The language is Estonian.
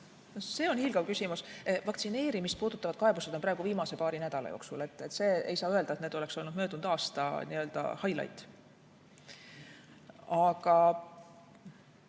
See on hiilgav küsimus. Vaktsineerimist puudutavad kaebused on [olnud] praegu, viimase paari nädala jooksul. Ei saa öelda, et need oleksid olnud möödunud aasta n-öhighlight. Aga